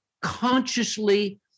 consciously